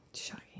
Shocking